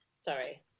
sorry